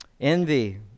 Envy